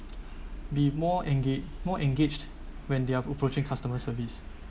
be more enga~ more engaged when they are approaching customer service